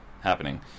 happening